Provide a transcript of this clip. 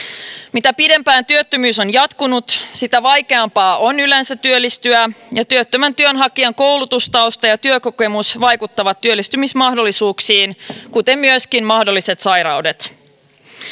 mitä pidempään työttömyys on jatkunut sitä vaikeampaa on yleensä työllistyä ja työttömän työnhakijan koulutustausta ja työkokemus vaikuttavat työllistymismahdollisuuksiin kuten myöskin mahdolliset sairaudet